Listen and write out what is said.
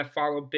follow